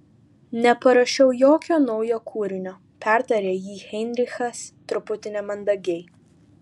neparašiau jokio naujo kūrinio pertarė jį heinrichas truputį nemandagiai